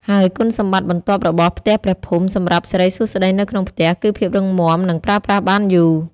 ហើយគុណសម្បត្តិបន្ទាប់របស់ផ្ទះព្រះភូមិសម្រាប់សិរីសួស្តីនៅក្នុងផ្ទះ គឺភាពរឹងមាំនិងប្រើប្រាស់បានយូរ។